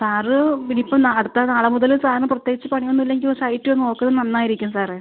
sir പിന്നെ ഇപ്പം അടുത്ത നാളെ മുതൽ സാറിന് പ്രത്യേകിച്ച് പണിയൊന്നും ഇല്ലെങ്കിൽ സൈറ്റ് നോക്കുന്നത് നന്നായിരിക്കും സാറേ